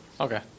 Okay